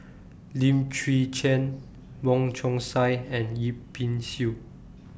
Lim Chwee Chian Wong Chong Sai and Yip Pin Xiu